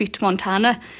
Montana